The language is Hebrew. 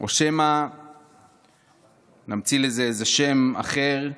או שמא נמציא לזה איזה שם אחר: